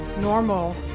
normal